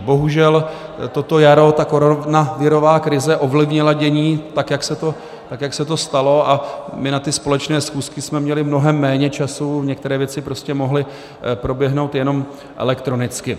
Bohužel toto jaro koronavirová krize ovlivnila dění, tak jak se to stalo, a my na ty společné schůzky jsme měli mnohem méně času, některé věci prostě mohly proběhnout jenom elektronicky.